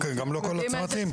גם לא כל הצמתים,